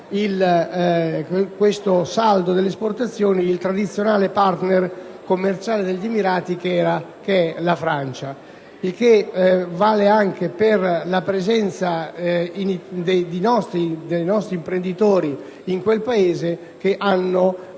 il saldo delle esportazioni, il tradizionale partner commerciale degli Emirati, che è la Francia. Ciò vale anche per la presenza dei nostri imprenditori, che in quello Stato